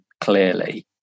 clearly